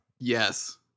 yes